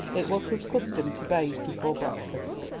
it was his custom to bathe before breakfast,